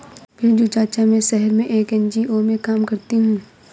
बिरजू चाचा, मैं शहर में एक एन.जी.ओ में काम करती हूं